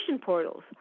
portals